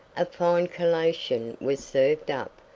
a fine collation was served up,